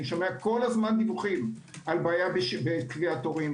אני שומע כל הזמן דיווחים על בעיה בקביעת תורים,